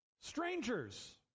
Strangers